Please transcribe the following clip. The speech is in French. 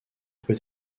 peut